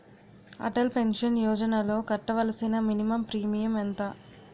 Atal pension యోజనలో కట్టవలసిన minimum premium ఎంత?